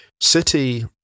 City